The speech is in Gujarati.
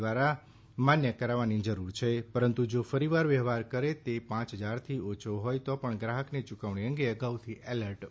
દ્વારા માન્ય કરાવવાની જરૂર છે પરંતુ જો ફરીવાર વ્યવહાર કરે તે પાંચ હજારથી ઓછો હોય તો પણ ગ્રાહકને ચુકવણી અંગે અગાઉથી એલર્ટ મળશે